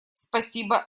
спасибо